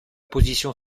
position